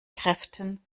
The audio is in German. kräften